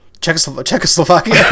Czechoslovakia